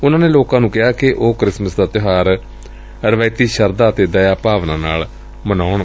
ਉਨਾਂ ਨੇ ਲੋਕਾਂ ਨੂੰ ਕਿਹਾ ਕਿ ਉਹ ਕ੍ਰਿਸਮਿਸ ਦਾ ਤਿਊਹਾਰ ਰਵਾਇਤੀ ਸ਼ਰਧਾ ਅਤੇ ਦਇਆ ਭਾਵਨਾ ਨਾਲ ਮਨਾਉਣ